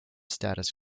status